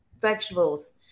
vegetables